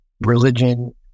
religion